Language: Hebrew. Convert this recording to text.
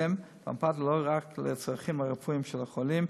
הולם ואמפתי לא רק לצרכים הרפואיים של החולים,